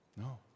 No